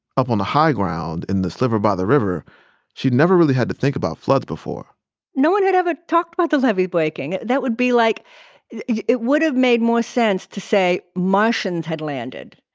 up on the high ground, in the sliver by the river she'd never really had to think about floods before no one had ever talked about the levee breaking. that would be like it it would have made more sense to say martians had landed.